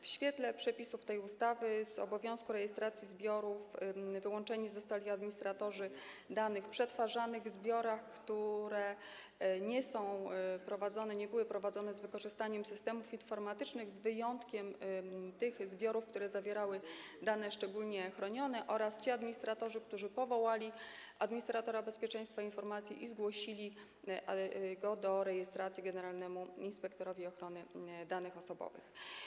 W świetle przepisów tej ustawy z obowiązku rejestracji zbiorów wyłączeni zostali administratorzy danych przetwarzanych w zbiorach, które nie były prowadzone, nie są prowadzone z wykorzystaniem systemów informatycznych, z wyjątkiem tych zbiorów, które zawierały dane szczególnie chronione, oraz ci administratorzy, którzy powołali administratora bezpieczeństwa informacji i zgłosili go do rejestracji generalnemu inspektorowi ochrony danych osobowych.